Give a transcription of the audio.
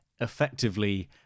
effectively